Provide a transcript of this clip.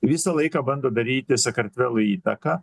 visą laiką bando daryti sakartvelui įtaką